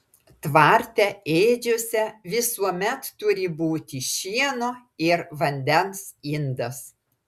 tvarte ėdžiose visuomet turi būti šieno ir vandens indas